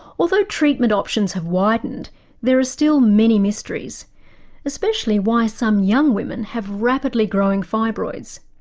although treatment options have widened there is still many mysteries especially why some young women have rapidly growing fibroids.